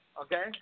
okay